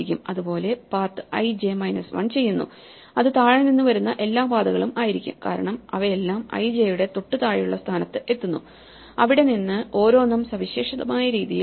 അതുപോലെ path I J 1 ചെയ്യുന്നു അത് താഴെ നിന്ന് വരുന്ന എല്ലാ പാതകളും ആയിരിക്കും കാരണം അവയെല്ലാം i j യുടെ തൊട്ടുതാഴെയുള്ള സ്ഥാനത്ത് എത്തുന്നു അവിടെ നിന്ന് ഓരോന്നും സവിശേഷമായ രീതിയിൽ